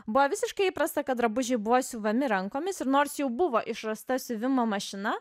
buvo visiškai įprasta kad drabužiai buvo siuvami rankomis ir nors jau buvo išrasta siuvimo mašina